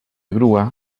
grua